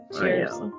Cheers